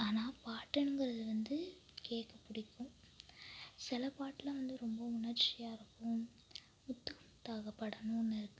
ஆனால் பாட்டுங்கிறது வந்து கேட்க பிடிக்கும் சில பாட்டெல்லாம் வந்து ரொம்பவும் உணர்ச்சியாயிருக்கும் முத்துக்கு முத்தாக படம்னு ஒன்று இருக்கு